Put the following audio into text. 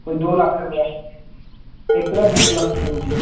कोई दो लक्ख रपेआ इक दा दो लक्ख हंजी